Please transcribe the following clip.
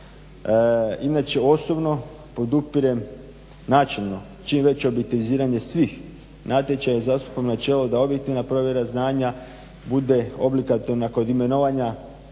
Inače osobno podupirem načelno čim veće objektiviziranje svih natječaja i zastupam načelo da objektivna provjera znanja bude obligatorna kod imenovanja